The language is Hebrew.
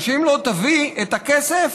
ואם לא תביא את הכסף,